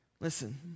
Listen